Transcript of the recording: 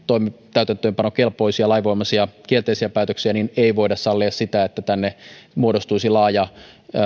täytäntöönpanokelpoisia lainvoimaisia kielteisiä päätöksiä niin ei voida sallia sitä että tänne muodostuisi laaja